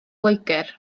loegr